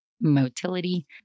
motility